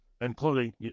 including